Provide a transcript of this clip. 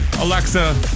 Alexa